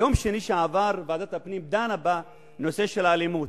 ביום שני שעבר ועדת הפנים דנה בנושא של האלימות,